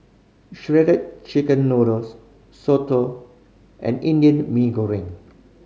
Shredded Chicken Noodles soto and Indian Mee Goreng